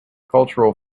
cultural